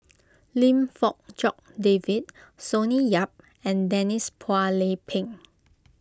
Lim Fong Jock David Sonny Yap and Denise Phua Lay Peng